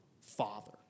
Father